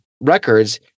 records